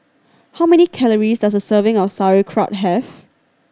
how many calories does a serving of Sauerkraut have